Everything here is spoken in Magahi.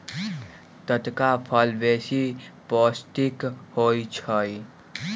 टटका फल बेशी पौष्टिक होइ छइ